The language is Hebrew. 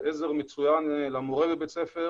זה עזר מצוין למורה בבית הספר.